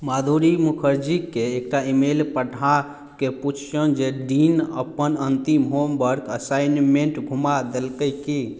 माधुरी मुखर्जीकेँ एकटा ईमेल पठा कऽ पूछियौन जे डीन अपन अंतिम होमवर्क असाइनमेंट घुमा देलकै की